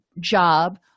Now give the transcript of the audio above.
job